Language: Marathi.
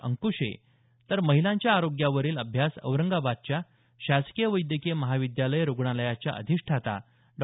अंकृशे तर महिलांच्या आरोग्यावरील अभ्यास औरंगाबादच्या शासकीय वैद्यकीय महाविद्यालय रुग्णालयाच्या अधिष्ठाता डॉ